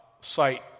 site